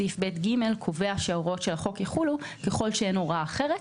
סעיף (ב)(ג) קובע שההוראות של החוק יחולו ככל שאין הוראה אחרת.